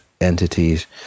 entities